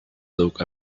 look